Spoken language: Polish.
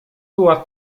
była